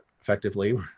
Effectively